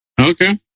Okay